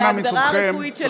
אנא בטובכם,